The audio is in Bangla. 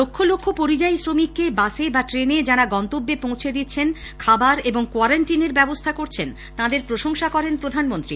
লক্ষ লক্ষ পরিযায়ী শ্রমিককে বাসে বা ট্রেনে যারা গন্তব্যে পৌছে দিচ্ছেন খাবার এবং কোয়ারিন্টিনের ব্যবস্থা করছেন তাঁদের প্রশংসা করেন প্রধানমন্ত্রী